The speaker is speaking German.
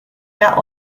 der